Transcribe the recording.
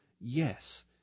yes